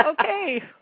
Okay